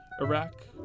Iraq